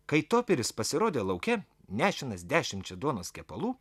kai toperis pasirodė lauke nešinas dešimčia duonos kepalų